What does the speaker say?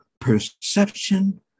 perception